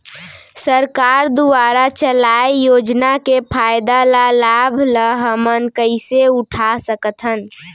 सरकार दुवारा चलाये योजना के फायदा ल लाभ ल हमन कइसे उठा सकथन?